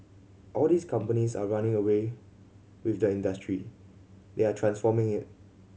all these companies are running away with the industry they are transforming it